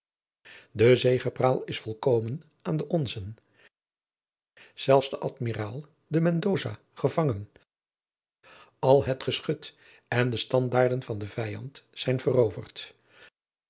de zegepraal is volkomen aan de onzen zelfs is de admiraal de mendoza gevangen al het geschut en de standaarden van den vijand zijn veroverd